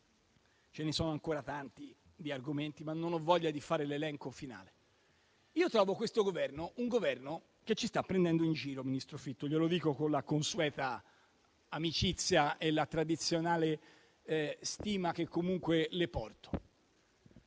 Ce ne sono ancora tanti di argomenti, ma non ho voglia di fare l'elenco finale. Io trovo che questo Governo ci stia prendendo in giro, ministro Fitto; glielo dico con la consueta amicizia e la tradizionale stima che comunque le porto.